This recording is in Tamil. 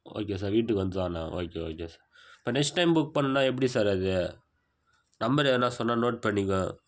ஓகே சார் வீட்டுக்கு வந்தவோடன்னே ஓகே ஓகே சார் இப்போ நெக்ஸ்ட் டைம் புக் பண்ணணும்னா எப்படி சார் அது நம்பர் எதனா சொன்னால் நோட் பண்ணிக்குவேன்